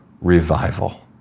revival